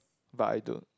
but I don't